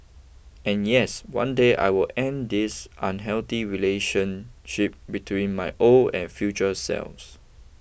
and yes one day I will end this unhealthy relationship between my old and future selves